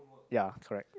ya correct